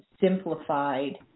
simplified